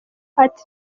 ati